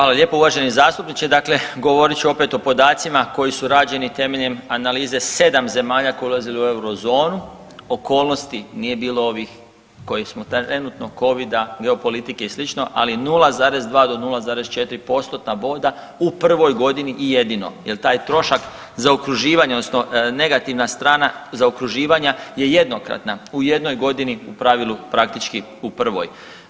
Hvala lijepa uvaženi zastupniče dakle govorit ću opet o podacima koji su rađeni temeljem analize 7 zemalja koje ulaze u Eurozonu, okolnosti nije bile ovih koje smo trenutno Covida, geopolitike i slično, ali 0,2 do 0,4 postotna boda u prvoj godini i jedino jer taj trošak zaokruživanja odnosno negativna strana zaokruživanja je jednokratna u jednoj godini u pravilu praktički u prvoj.